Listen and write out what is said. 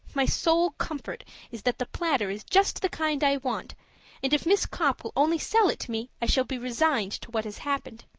my sole comfort is that the platter is just the kind i want and if miss copp will only sell it to me i shall be resigned to what has happened.